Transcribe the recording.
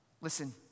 Listen